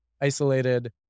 isolated